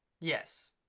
Yes